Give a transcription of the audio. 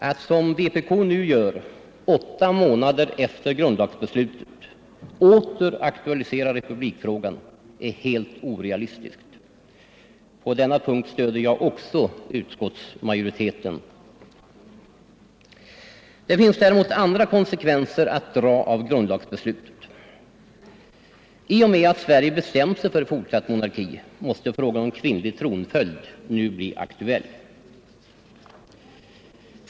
Att, som vpk nu gör, åtta månader efter grundlagsbeslutet åter aktualisera republikfrågan är helt orealistiskt. På denna punkt stöder jag också utskottsmajoriteten. Det finns däremot andra konsekvenser att dra av grundlagsbeslutet. I och med att Sverige bestämt sig för fortsatt monarki måste frågan om kvinnlig tronföljd nu bli aktuell.